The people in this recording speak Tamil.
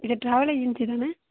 இது ட்ராவல் ஏஜென்சி தானே